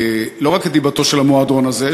לא רק את דיבתו של המועדון הזה,